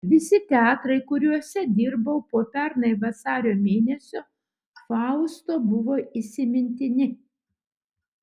visi teatrai kuriuose dirbau po pernai vasario mėnesio fausto buvo įsimintini